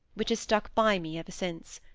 which has stuck by me ever since.